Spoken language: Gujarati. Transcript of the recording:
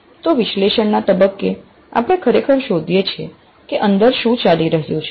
તો વિશ્લેષણના તબક્કે આપણે ખરેખર શોધીએ છીએ કે અંદર શું ચાલી રહ્યું છે